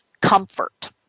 comfort